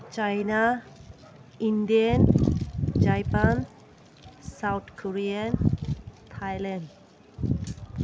China Indian Japan South Korean Thailand